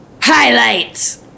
Highlights